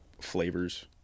flavors